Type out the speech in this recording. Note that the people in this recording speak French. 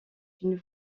une